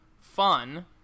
fun